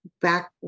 back